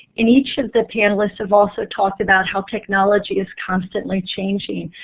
and each of the panelists have also talked about how technology is constantly changing.